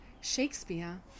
Shakespeare